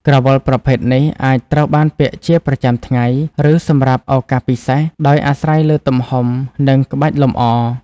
ក្រវិលប្រភេទនេះអាចត្រូវបានពាក់ជាប្រចាំថ្ងៃ ឬសម្រាប់ឱកាសពិសេស ដោយអាស្រ័យលើទំហំ និងក្បាច់លម្អ។